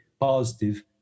positive